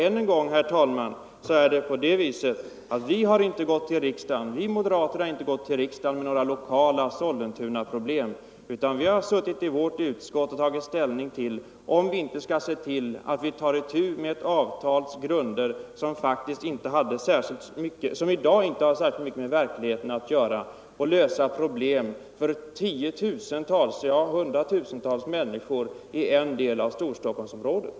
Ännu en gång, herr talman, vill jag säga att det inte är på det viset, att vi moderater har gått till riksdagen med några lokala Sollentunaproblem, utan vi har suttit i vårt utskott och tagit ställning till frågan om man inte bör ta itu med grunderna för ett avtal, som i dag faktiskt inte har särskilt mycket med verkligheten att göra, och försöka lösa problemen för tiotusentals, ja hundratusentals människor i en del av Storstockholmsområdet.